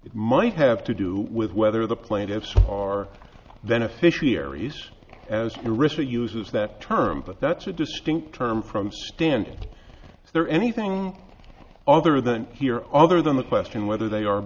it might have to do with whether the plaintiffs are beneficiaries as to risk or uses that term but that's a distinct term from stand there anything other than here other than the question whether they are